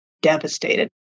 devastated